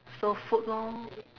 so food lor